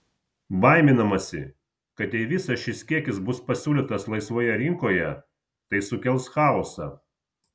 baiminamasi kad jei visas šis kiekis bus pasiūlytas laisvoje rinkoje tai sukels chaosą